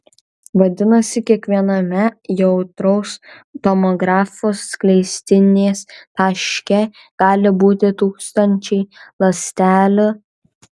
vadinasi kiekviename jautraus tomografo skleistinės taške gali būti tūkstančiai ląstelių